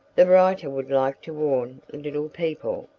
the writer would like to warn little people,